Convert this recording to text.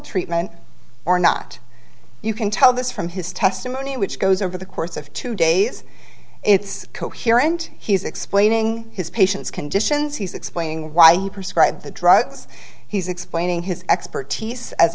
treatment or not you can tell this from his testimony which goes over the course of two days it's coherent he's explaining his patient's conditions he's explaining why he prescribe the drugs he's explaining his expertise as